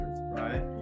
right